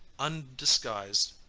undisguised,